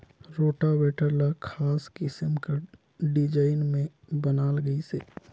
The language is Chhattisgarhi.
रोटावेटर ल खास किसम कर डिजईन में बनाल गइसे